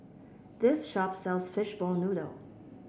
this shop sells Fishball Noodle